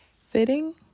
fitting